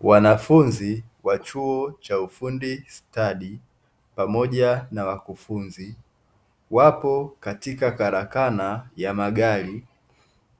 Wanafunzi wa chuo cha ufundi stadi, pamoja na wakufunzi wapo katika karakana ya magari